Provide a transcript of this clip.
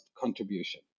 contribution